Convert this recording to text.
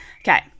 okay